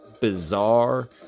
bizarre